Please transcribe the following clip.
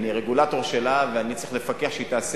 אני רגולטור שלה ואני צריך לפקח שהיא תעשה